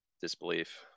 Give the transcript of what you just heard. disbelief